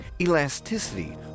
elasticity